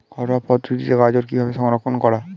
ঘরোয়া পদ্ধতিতে গাজর কিভাবে সংরক্ষণ করা?